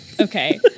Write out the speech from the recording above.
okay